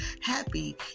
happy